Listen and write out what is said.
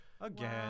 Again